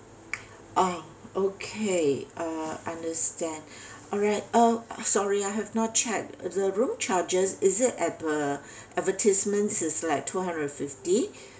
orh okay understand alright uh sorry I have not check the room charges is it ad~ uh advertisements is like two hundred and fifty